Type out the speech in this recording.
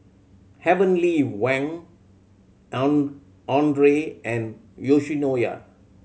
Heavenly Wang Andre and Yoshinoya